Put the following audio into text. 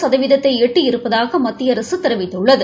சதவீதத்தை எட்டியிருப்பதாக மத்திய அரசு தெரிவித்துள்ளது